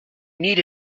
need